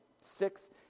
six